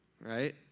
right